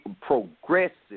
progressive